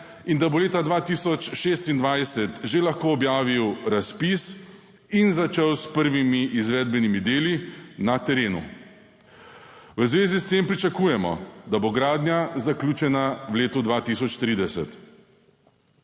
in da bo leta 2026 že lahko objavil razpis in začel s prvimi izvedbenimi deli na terenu. V zvezi s tem pričakujemo, da bo gradnja zaključena v letu 2030.